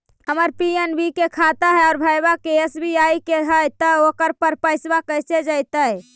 हमर पी.एन.बी के खाता है और भईवा के एस.बी.आई के है त ओकर पर पैसबा कैसे जइतै?